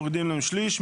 מורידים להם שליש,